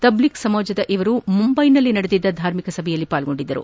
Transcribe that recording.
ತಬ್ಲಿಕ್ ಸಮಾಜದ ಅವರು ಮುಂಬೈನಲ್ಲಿ ನಡೆದ ಧಾರ್ಮಿಕ ಸಭೆಯಲ್ಲಿ ಭಾಗಿಯಾಗಿದ್ದರು